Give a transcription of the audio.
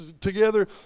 together